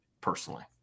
personally